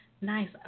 Nice